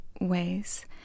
ways